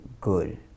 good